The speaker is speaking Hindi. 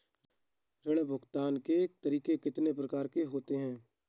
ऋण भुगतान के तरीके कितनी प्रकार के होते हैं?